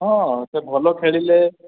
ହଁ ସେ ଭଲ ଖେଳିଲେ